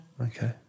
Okay